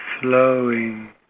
flowing